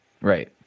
Right